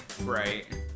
Right